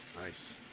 Nice